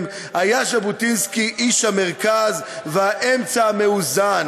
היה ז'בוטינסקי איש המרכז והאמצע המאוזן.